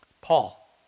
Paul